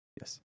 yes